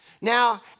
Now